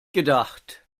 gedacht